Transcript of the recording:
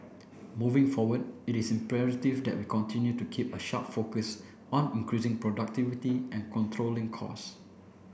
moving forward it is imperative that we continue to keep a sharp focus on increasing productivity and controlling costs